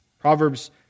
Proverbs